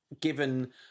given